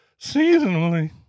seasonally